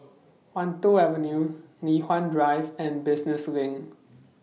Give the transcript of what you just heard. Wan Tho Avenue Li Hwan Drive and Business LINK